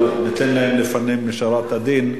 אבל ניתן להם לפנים משורת הדין,